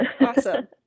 Awesome